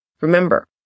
Remember